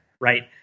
right